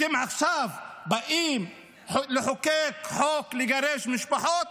אתם באים עכשיו לחוקק חוק לגרש משפחות?